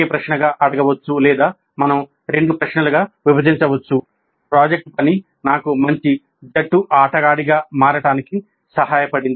project పని నాకు మంచి జట్టు ఆటగాడిగా మారడానికి సహాయపడింది